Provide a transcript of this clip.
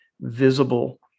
visible